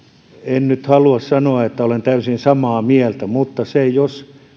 en nyt halua sanoa että olen täysin samaa mieltä mutta jos